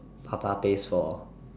papa pays for